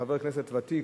חבר כנסת ותיק,